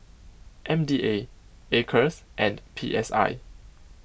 M D A Acres and P S I